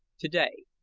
today,